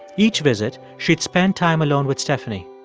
each visit, she'd spend time alone with stephanie.